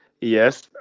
Yes